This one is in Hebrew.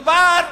מדובר